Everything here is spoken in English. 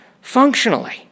Functionally